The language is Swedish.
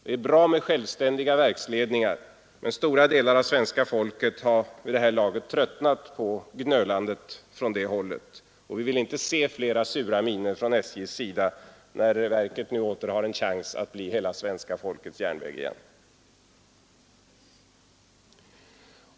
Det är bra med självständiga verksledningar, men stora delar av svenska folket har vid det här laget tröttnat på gnölandet från det hållet och vi vill inte se flera sura miner från SJ:s sida när verket nu åter har en chans att bli svenska folkets järnväg.